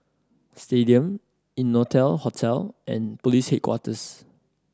Stadium Innotel Hotel and Police Headquarters